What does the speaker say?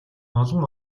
олон